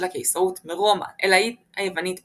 הקיסרות מרומא אל העיר היוונית ביזנטיון,